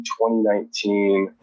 2019